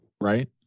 Right